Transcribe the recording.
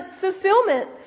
fulfillment